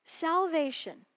Salvation